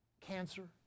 Cancer